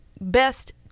best